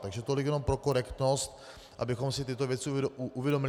Takže tolik jenom pro korektnost, abychom si tyto věci uvědomili.